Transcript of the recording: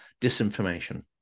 disinformation